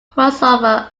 crossover